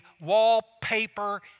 wallpaper